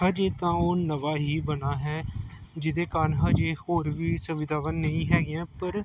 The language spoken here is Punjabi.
ਅਜੇ ਤਾਂ ਉਹ ਨਵਾਂ ਹੀ ਬਣਾ ਹੈ ਜਿਹਦੇ ਕਾਰਨ ਹਜੇ ਹੋਰ ਵੀ ਸੁਵਿਧਾਵਾਂ ਨਹੀਂ ਹੈਗੀਆਂ ਪਰ